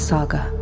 Saga